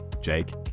Jake